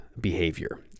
behavior